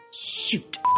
Shoot